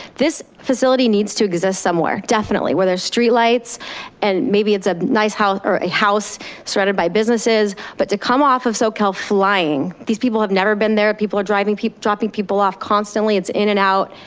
this facility needs to exist somewhere definitely, where there's street lights and maybe it's a nice house, or a house surrounded by businesses, but to come off of socal flying, these people have never been there, people are driving, dropping people off constantly it's in and out,